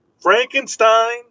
Frankenstein